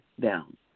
down